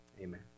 Amen